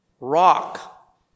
rock